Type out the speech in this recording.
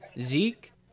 Zeke